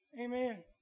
Amen